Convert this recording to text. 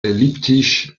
elliptisch